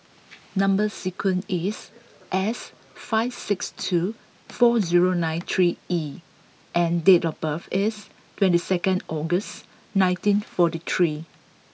number sequence is S five six two four zero nine three E and date of birth is twenty second August nineteen forty three